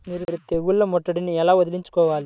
మీరు తెగులు ముట్టడిని ఎలా వదిలించుకోవాలి?